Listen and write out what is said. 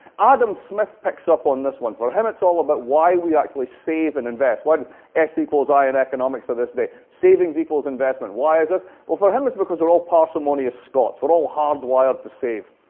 adam smith picks up on this one. for him, it's all about why we actually save and invest, why x equals i in economics to ah this day. savings equals investment. why is this? well, for him, it's because we're all parsimonious scots, we're all hardwired to save.